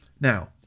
Now